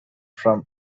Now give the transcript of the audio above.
from